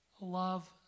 love